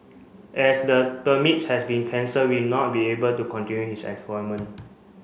as the permits has been cancelled we not be able to continue his employment